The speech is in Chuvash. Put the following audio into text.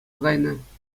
кайнӑ